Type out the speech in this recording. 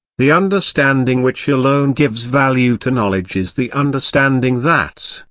the understanding which alone gives value to knowledge is the understanding that,